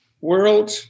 world